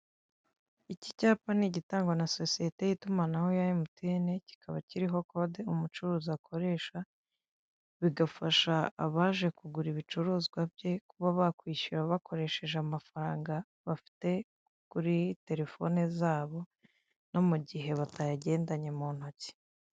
Iki cyapa ni igitangwa na sosiyete y'itumanaho ya emutiyeni kikaba kiriho kode umucuruzi akoresha bigafasha abaje kugura ibicuruzwa bye kuba bakwishyura bakoresheje amafaranga bafite kuri telefone zabo no mu gihe batayagendanye mu ntoki.